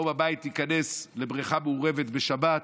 פה בארץ תיכנס לבריכה מעורבת בשבת,